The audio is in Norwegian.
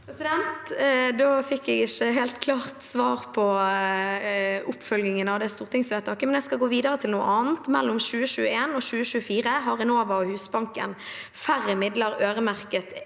Da fikk jeg ikke helt klart svar på oppfølgingen av det stortingsvedtaket. Men jeg skal gå videre til noe annet: Mellom 2021 og 2024 har Enova og Husbanken færre midler øremerket